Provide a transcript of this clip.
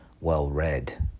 well-read